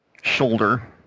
shoulder